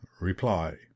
Reply